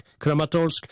Kramatorsk